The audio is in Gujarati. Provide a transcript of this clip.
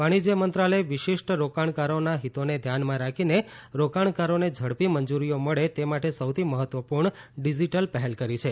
વાણિજ્ય મંત્રાલયે વિશિષ્ટ રોકાણકારોના હિતોને ધ્યાનમાં રાખીને રોકાણકારોને ઝડપી મંજૂરીઓ મળે તે માટે સૌથી મહત્વપૂર્ણ ડિજિટલ પહેલ કરી છે